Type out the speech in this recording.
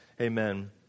Amen